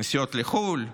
נסיעות לחו"ל,